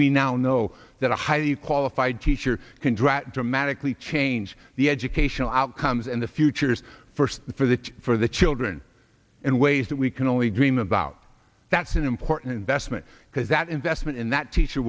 we now know that a highly qualified teacher can drop dramatically change the educational outcomes in the futures first for the for the children in ways that we can only dream about that's an important investment because that investment in that teacher